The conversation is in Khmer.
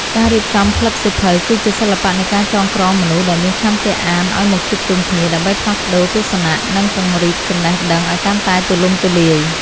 ការរៀបចំក្លឹបសៀវភៅ គឺជាសិល្បៈនៃការចងក្រងមនុស្សដែលមានឆន្ទៈអានឱ្យមកជួបជុំគ្នា ដើម្បីផ្លាស់ប្តូរទស្សនៈ និងពង្រីកចំណេះដឹងឱ្យកាន់តែទូលំទូលាយ។